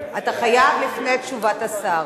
אתה חייב לפני תשובת השר.